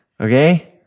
okay